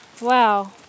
Wow